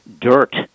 dirt